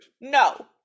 No